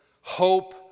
hope